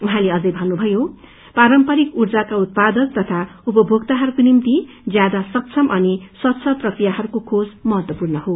उर्जेलि अन्ने भन्नुभयो पारम्पारिक ऊर्जाको उत्पादक तथा उपमोक्ताहरूको निभ्ति ज्यादा सक्षम अनि स्वच्छ प्रक्रियाहरूको खोज महत्वपूर्ण हो